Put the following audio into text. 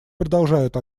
продолжают